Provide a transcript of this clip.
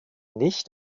nicht